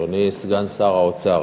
אדוני סגן שר האוצר,